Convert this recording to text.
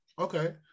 Okay